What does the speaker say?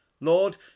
Lord